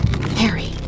Harry